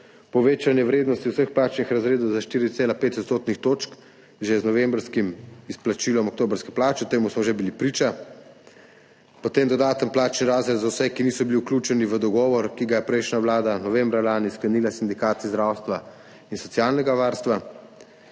povečanje vrednosti vseh plačnih razredov za 4,5-odstotnih točk že z novembrskim izplačilom oktobrske plače, temu smo že bili priča. Potem dodaten plačni razred za vse, ki niso bili vključeni v dogovor, ki ga je prejšnja vlada novembra lani sklenila s sindikati zdravstva in socialnega varstva.